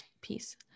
peace